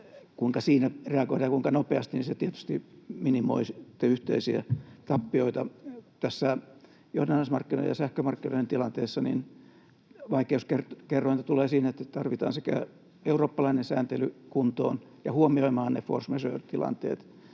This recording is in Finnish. kuinka siinä reagoidaan ja kuinka nopeasti, niin se tietysti minimoi sitten yhteisiä tappioita. Tässä johdannaismarkkinoiden ja sähkömarkkinoiden tilanteessa vaikeuskerrointa tulee siinä, että tarvitaan sekä eurooppalainen sääntely kuntoon ja huomioimaan ne force majeure ‑tilanteet